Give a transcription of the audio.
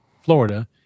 Florida